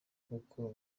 kuko